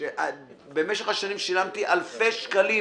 שבמשך השנים שילמתי אלפי שקלים